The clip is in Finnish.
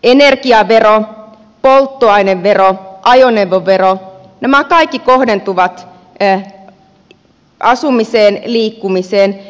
energiavero polttoainevero ajoneuvovero nämä kaikki kohdentuvat asumiseen liikkumiseen